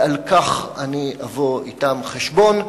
ועל כך אני אבוא אתם חשבון.